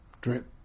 drip